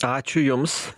ačiū jums